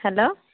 hello